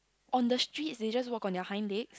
on the streets they just walk on their hind leg